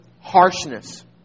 harshness